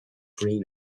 green